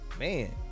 Man